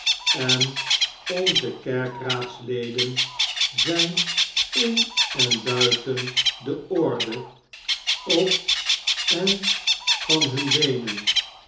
en onze kerkeraadsleden zyn in en buiten de orde op en van hun beenen